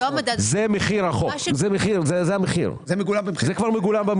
זה המחיר, זה כבר מגולם במחיר.